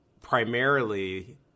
Primarily